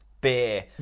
beer